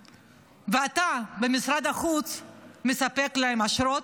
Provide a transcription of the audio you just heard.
ואתה, במשרד החוץ, מספק להם אשרות,